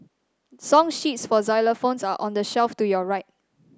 song sheets for xylophones are on the shelf to your right